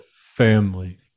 Family